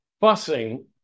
fussing